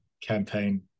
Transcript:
campaign